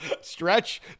Stretch